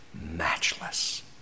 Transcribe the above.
matchless